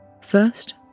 First